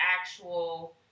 actual